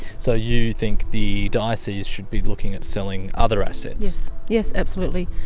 so you think the diocese should be looking at selling other assets? yes, absolutely.